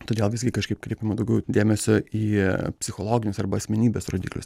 todėl visgi kažkaip kreipiama daugiau dėmesio į psichologinius arba asmenybės rodiklius